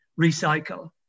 recycle